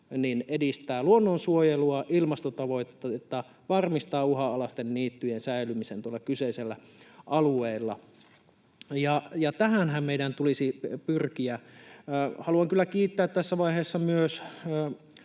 edistää luonnonsuojelua ja ilmastotavoitteita ja varmistaa uhanalaisten niittyjen säilymisen tuolla kyseisellä alueella. Tähänhän meidän tulisi pyrkiä. Haluan kyllä kiittää tässä vaiheessa myös